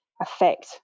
affect